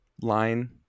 line